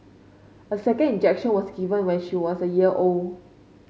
a second injection was given when she was a year old